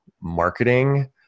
marketing